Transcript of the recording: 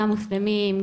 גם מוסלמים,